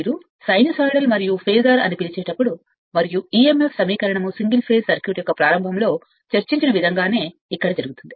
మీరు సైనుసోయిడల్ మరియు ఫేసర్ అని పిలిచేటప్పుడు మరియు emf సమీకరణం సింగిల్ ఫేస్ సర్క్యూట్ యొక్క ప్రారంభం అదే తత్వశాస్త్రం